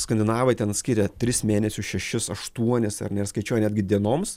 skandinavai ten atskiria tris mėnesius šešis aštuonis ar ne ir skaičiuoja netgi dienoms